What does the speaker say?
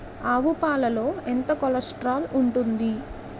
ఆవు పాలలో ఎంత కొలెస్ట్రాల్ ఉంటుంది?